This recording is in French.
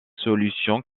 solutions